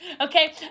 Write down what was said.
okay